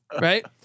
Right